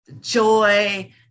joy